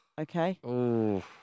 Okay